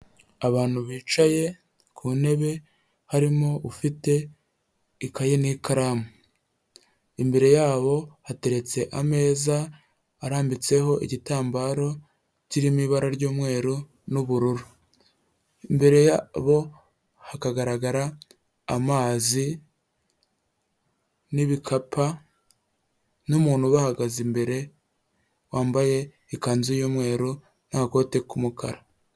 Abantu bicaye ku ntebe harimo ufite ikaye n'ikaramu imbere yabo hateretse ameza arambitseho igitambaro kirimo ibara ry'umweru n'ubururu imbere yabo hakagaragara amazi n'ibikapu n'umuntu ubahagaze imbere wambaye ikanzu y’umweru naga kote k’umukara.